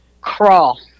crawl